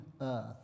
earth